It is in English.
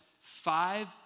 five